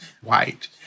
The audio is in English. white